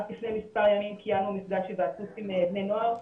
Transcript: רק לפני כמה ימים קיימנו מפגש היוועצות עם בני נוער,